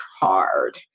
hard